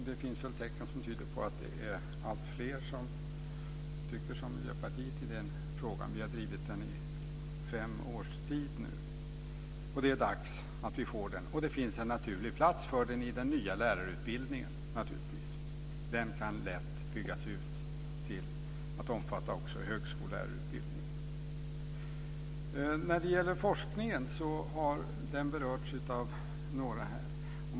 Det finns väl tecken som tyder på att det är alltfler som tycker som Miljöpartiet i den frågan. Vi har drivit den i fem års tid nu. Det är dags att vi får den. Det finns en naturlig plats för den i den nya lärarutbildningen. Den kan lätt byggas ut till att omfatta också högskollärarutbildningen. Forskningen har berörts av några här.